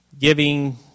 giving